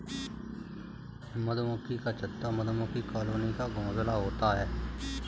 मधुमक्खी का छत्ता मधुमक्खी कॉलोनी का घोंसला होता है